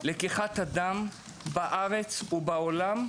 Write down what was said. לקיחת הדם בארץ ובעולם,